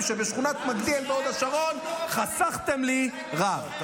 שבשכונת מגדיאל בהוד השרון חסכתם לי רב.